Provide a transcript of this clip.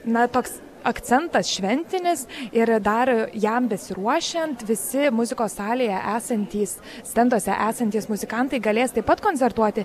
na toks akcentas šventinis ir dar jam besiruošiant visi muzikos salėje esantys stenduose esantys muzikantai galės taip pat koncertuoti